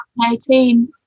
2018